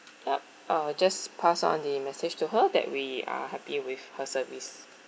yup uh just pass on the message to her that we are happy with her service